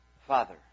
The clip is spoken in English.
Father